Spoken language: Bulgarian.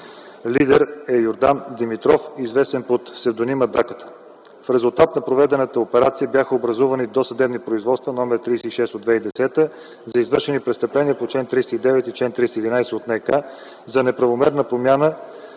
Лидер е Йордан Димитров, известен под псевдонима Даката. В резултат на проведената операция бяха образувани досъдебни производства № 36 от 2010 г. за извършени престъпления по чл. 309 и 311 от НК за неправомерна промяна